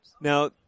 Now